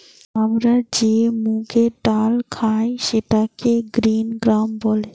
আমরা যে মুগের ডাল খাই সেটাকে গ্রিন গ্রাম বলে